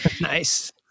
Nice